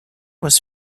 was